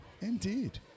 Indeed